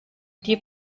die